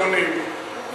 קואליציוניים,